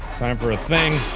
time for a thing.